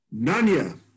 Nanya